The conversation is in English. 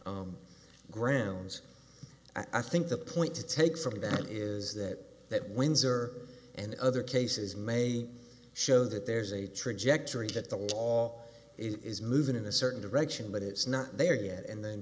grounds i think the point to take from that is that that windsor and other cases may show that there's a trajectory that the law is moving in a certain direction but it's not there yet and then